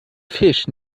fisch